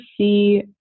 see